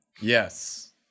Yes